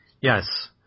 Yes